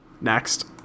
Next